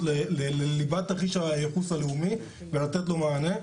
לליבת תרחיש הייחוס הלאומי ולתת לו מענה,